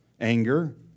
anger